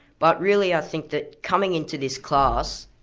but really i think that coming into this class,